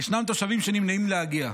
ישנם תושבים שנמנעים מלהגיע.